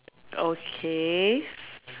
okay s~